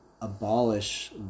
abolish